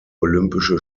olympische